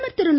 பிரதமர் திரு